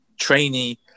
trainee